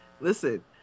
Listen